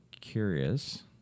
curious